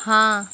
हाँ